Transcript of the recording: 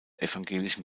evangelischen